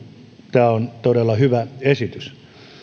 tämä on todella hyvä esitys